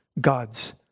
God's